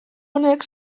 honek